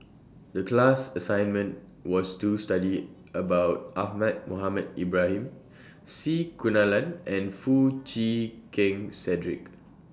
The class assignment was to study about Ahmad Mohamed Ibrahim C Kunalan and Foo Chee Keng Cedric